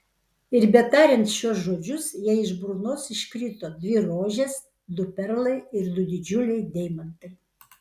ir betariant šiuos žodžius jai iš burnos iškrito dvi rožės du perlai ir du didžiuliai deimantai